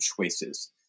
choices